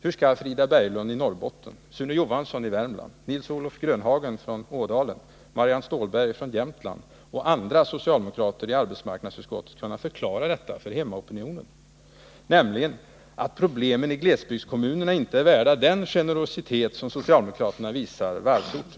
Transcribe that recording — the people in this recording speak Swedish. Hur skall Frida Berglund i Norrbotten, Sune Johansson i Värmland, Nils-Olof Grönhagen från Ådalen, Marianne Stålberg från Jämtland och andra socialdemokrater i arbetsmarknadsutskottet kunna förklara detta för hemmaopinionen — nämligen att problemen i glesbygdskommunerna inte är värda den generositet som socialdemokraterna visar varvsorterna?